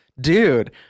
dude